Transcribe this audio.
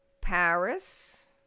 Paris